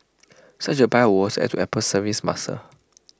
such A buy would add to Apple's services muscle